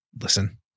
listen